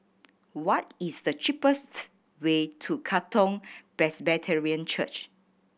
what is the cheapest way to Katong Presbyterian Church